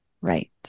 Right